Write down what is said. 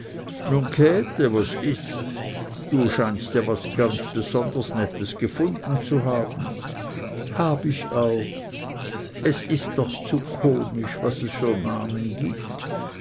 nun käthe was ist du scheinst ja was ganz besonders nettes gefunden zu haben hab ich auch es ist doch zu komisch was es für namen gibt